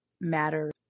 Matter